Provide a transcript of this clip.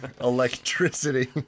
Electricity